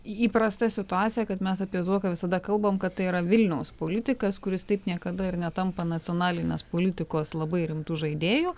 įprasta situacija kad mes apie zuoką visada kalbam kad tai yra vilniaus politikas kuris taip niekada ir netampa nacionalinės politikos labai rimtu žaidėju